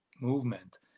movement